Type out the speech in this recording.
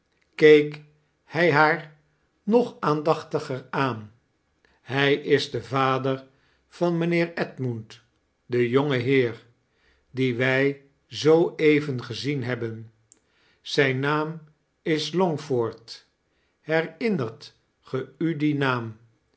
keek kerstvertellingen hij haar nog aandachtdger aan hij is de vader van mijnheer edmund den jongen heer dien wij zooeven gezien hebben zijn naam is longford herinnert ge u diem naam